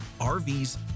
RVs